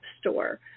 Store